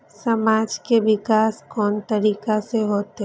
समाज के विकास कोन तरीका से होते?